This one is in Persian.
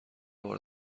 بار